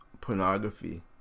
pornography